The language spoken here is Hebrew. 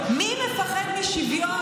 מי מפחד משוויון,